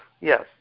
yes